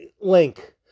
link